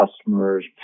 customers